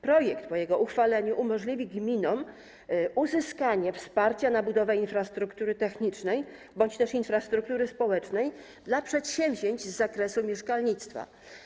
Projekt po jego uchwaleniu umożliwi gminom uzyskanie wsparcia na budowę infrastruktury technicznej bądź też infrastruktury społecznej dla przedsięwzięć z zakresu mieszkalnictwa.